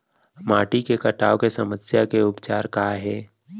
माटी के कटाव के समस्या के उपचार काय हे?